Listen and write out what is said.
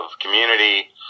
community